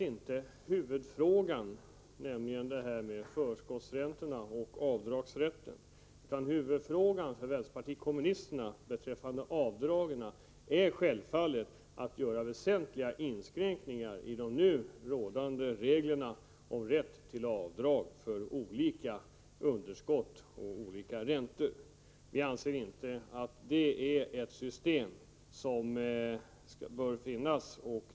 Låt mig klargöra att frågan om förskottsränta och avdragsrätt inte är huvudfrågan för oss i vpk, utan det väsentliga för oss är självfallet att göra rejäla inskränkningar i de nu gällande reglerna om rätten till avdrag för olika underskott och räntor. Vi anser inte att det är ett system som bör finnas.